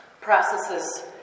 processes